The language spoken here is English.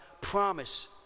promise